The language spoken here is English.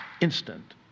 instant